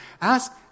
Ask